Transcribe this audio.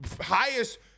highest